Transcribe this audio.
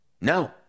No